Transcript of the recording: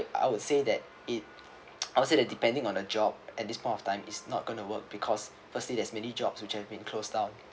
I would say that it I would say that depending on a job at this point of time is not going to work because firstly there's many jobs which have been closed down